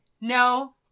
no